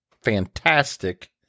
Fantastic